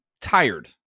tired